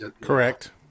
correct